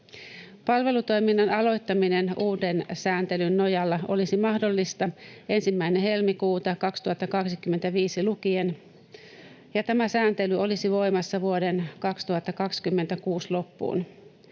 Palvelutoiminnan aloittaminen uuden sääntelyn nojalla olisi mahdollista 1. helmikuuta 2025 lukien, ja tämä sääntely olisi voimassa vuoden 2026 loppuun.